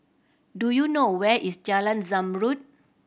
do you know where is Jalan Zamrud